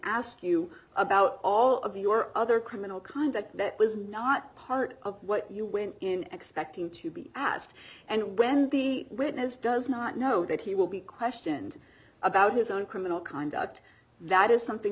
ask you about all of your other criminal conduct that was not part of what you went in expectation to be asked and when the witness does not know that he will be questioned about his own criminal conduct that is something